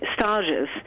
stages